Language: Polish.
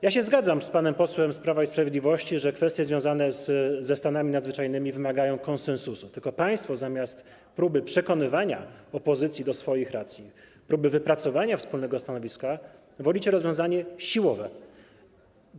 Ja się zgadzam z panem posłem z Prawa i Sprawiedliwości, że kwestie związane ze stanami nadzwyczajnymi wymagają konsensusu, tyle że państwo zamiast próby przekonywania opozycji do swoich racji, próby wypracowania wspólnego stanowiska wolicie rozwiązanie siłowe.